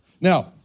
Now